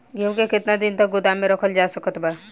गेहूँ के केतना दिन तक गोदाम मे रखल जा सकत बा?